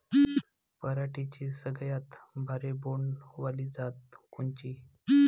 पराटीची सगळ्यात भारी बोंड वाली जात कोनची?